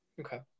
Okay